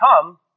come